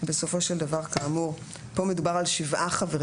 בסופו של דבר, כאמור, פה מדובר על שבעה חברים.